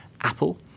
Apple